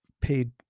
paid